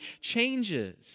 changes